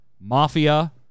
mafia